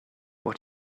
what